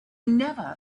never